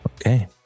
okay